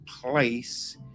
place